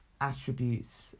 attributes